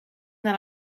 that